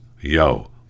yo